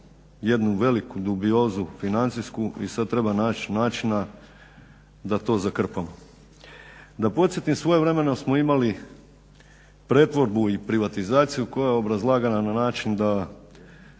jednu veliku dubiozu financijsku i sad treba naći načina da to zakrpamo. Da podsjetim svojevremeno smo imali pretvorbu i privatizaciju koja je obrazlagana na način da